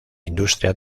industria